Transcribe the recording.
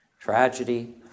tragedy